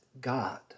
God